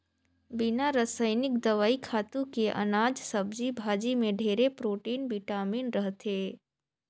बिना रसइनिक दवई, खातू के अनाज, सब्जी भाजी में ढेरे प्रोटिन, बिटामिन रहथे